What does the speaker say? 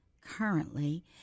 currently